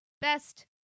best